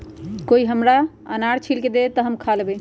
कोई हमरा अनार छील के दे दे, तो हम खा लेबऊ